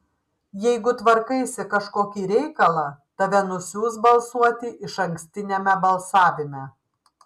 jeigu tvarkaisi kažkokį reikalą tave nusiųs balsuoti išankstiniame balsavime